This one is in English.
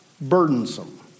burdensome